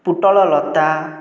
ପୁଟଳ ଲତା